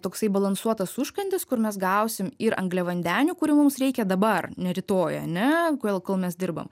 toksai balansuotas užkandis kur mes gausim ir angliavandenių kurių mums reikia dabar ne rytoj ane kol kol mes dirbam